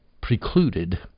precluded